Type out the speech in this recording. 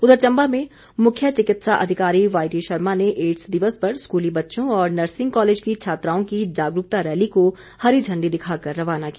उधर चंबा में मुख्य चिकित्सा अधिकारी वाई डी शर्मा ने एड्स दिवस पर स्कूली बच्चों और नर्सिंग कॉलेज की छात्राओं की जागरूकता रैली को हरी झण्डी दिखाकर रवाना किया